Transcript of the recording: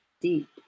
deep